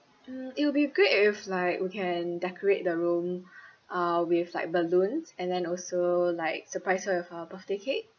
mm it will be great if like we can decorate the room uh with like balloons and then also like surprise her with her birthday cake